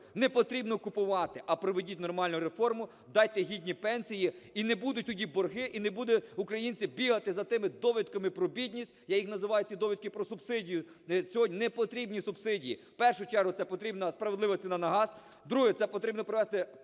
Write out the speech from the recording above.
Не потрібно купувати, а проведіть нормальну реформу, дайте гідні пенсії. І не будуть тоді борги, і не будуть українці бігати за тими довідками про бідність, я їх називаю, ці довідки про субсидії. Не потрібні субсидії! В першу чергу, це потрібна справедлива ціна на газ. Друге – це потрібно провести